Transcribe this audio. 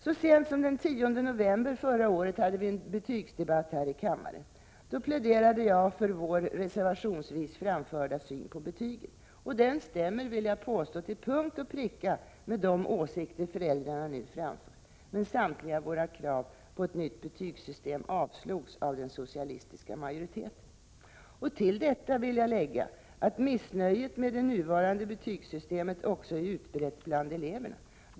Så sent som den 10 november förra året hade vi en betygsdebatt här i kammaren, Då pläderade jag för vår reservationsvis framförda syn på betygen. Den stämmer, vill jag påstå, till punkt och pricka med de åsikter föräldrarna nu framför. Men samtliga våra krav på ett nytt betygssystem avslogs av den socialistiska majoriteten. Till detta vill jag lägga att missnöjet med det nuvarande betygssystemet också är utbrett bland eleverna.